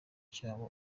cyabo